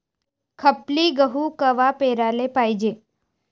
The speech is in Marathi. खपली गहू कवा पेराले पायजे?